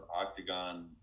octagon